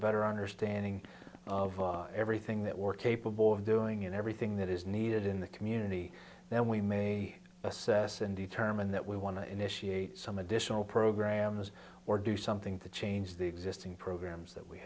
better understanding of everything that we're capable of doing and everything that is needed in the community then we may assess and determine that we want to initiate some additional programs or do something to change the existing programs that we